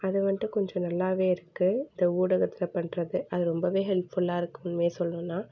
அதை வந்துட்டு கொஞ்சம் நல்லாவே இருக்குது இந்த ஊடகத்தில் பண்ணுறது அது ரொம்பவே ஹெல்ப்ஃபுல்லாக இருக்குது உண்மையை சொல்லணுன்னா